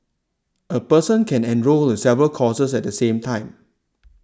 a person can enrol in several courses at the same time